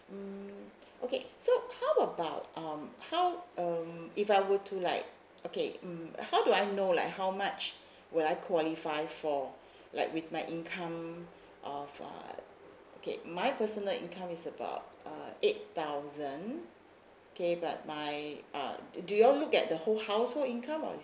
mm okay so how about um how um if I were to like okay mm how do I know like how much would I qualify for like with my income of uh okay my personal income is about uh eight thousand okay but my uh do you all look the whole household income or it's